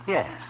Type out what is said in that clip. Yes